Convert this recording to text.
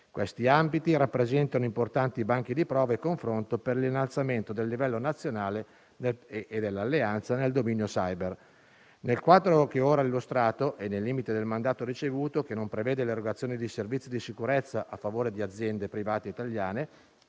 Questi ambiti rappresentano importanti banchi di prova e confronto per l'innalzamento del livello nazionale e dell'Alleanza nel dominio *cyber*. Nel quadro che ho ora illustrato e nei limiti del mandato ricevuto, che non prevede l'erogazione di servizi di sicurezza a favore di aziende private italiane